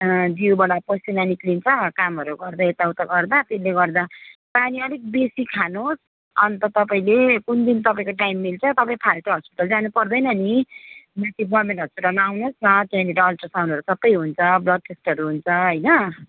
जिउबाट पसिना निस्किन्छ कामहरू गर्दा यताउता गर्दा त्यसले गर्दा पानी अलिक बेसी खानुहोस् अन्त तपाईँले कुन दिन तपाईँको टाइम मिल्छ तपाईँ फाल्टो हस्पिटल जानुपर्दैन नि माथि गभर्मेन्ट हस्पिटलमा आउनुहोस् न त्यहाँनिर अल्ट्रासाउन्डहरू सबै हुन्छ ब्लड टेस्टहरू हुन्छ होइन